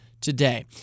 today